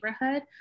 neighborhood